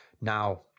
Now